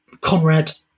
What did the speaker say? Conrad